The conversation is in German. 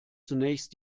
zunächst